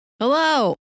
Hello